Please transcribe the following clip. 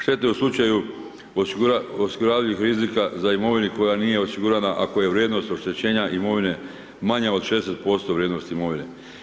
Štete u slučaju osiguravajućih rizika za imovinu koja nije osigurana ako je vrijednost oštećenja imovine manja od 60% vrijednosti imovine.